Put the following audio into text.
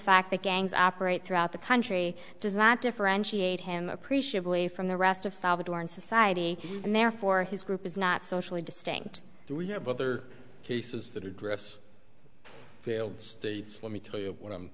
fact that gangs operate throughout the country does not differentiate him appreciably from the rest of salvadoran society and therefore his group is not socially distinct cases the draft failed states let me tell you what i'm